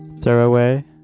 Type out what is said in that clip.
Throwaway